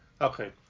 Okay